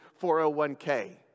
401k